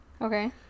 Okay